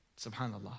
SubhanAllah